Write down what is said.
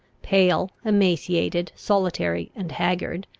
pale, emaciated, solitary, and haggard,